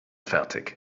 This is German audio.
fertig